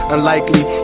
Unlikely